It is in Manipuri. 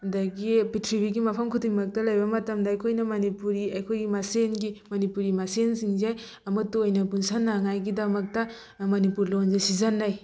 ꯑꯗꯒꯤ ꯄ꯭ꯔꯤꯊꯤꯕꯤꯒꯤ ꯃꯐꯝ ꯈꯨꯗꯤꯡꯃꯛꯇ ꯂꯩꯕ ꯃꯇꯝꯗ ꯑꯩꯈꯣꯏꯅ ꯃꯅꯤꯄꯨꯔꯤ ꯑꯩꯈꯣꯏꯒꯤ ꯃꯁꯦꯟꯒꯤ ꯃꯅꯤꯄꯨꯔꯤ ꯃꯁꯦꯟꯁꯤꯡꯁꯦ ꯑꯃꯇ ꯑꯣꯏꯅ ꯄꯨꯟꯁꯟꯅꯉꯥꯏ ꯒꯤꯗꯃꯛꯇ ꯃꯅꯤꯄꯨꯔ ꯂꯣꯟꯁꯦ ꯁꯤꯖꯟꯅꯩ